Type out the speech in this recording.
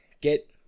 get